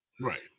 Right